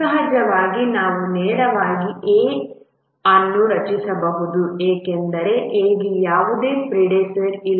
ಸಹಜವಾಗಿ ನಾವು ನೇರವಾಗಿ A ಅನ್ನು ರಚಿಸಬಹುದು ಏಕೆಂದರೆ A ಗೆ ಯಾವುದೇ ಪ್ರಿಡೆಸೆಸ್ಸರ್ ಇಲ್ಲ